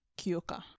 kyoka